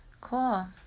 cool